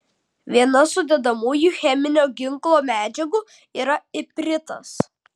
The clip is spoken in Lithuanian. viena sudedamųjų cheminio ginklo medžiagų yra ipritas